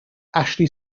ashley